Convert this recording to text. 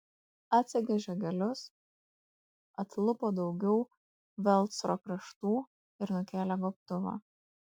atsegė žiogelius atlupo daugiau velcro kraštų ir nukėlė gobtuvą